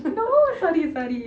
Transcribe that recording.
no sorry sorry